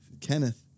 Kenneth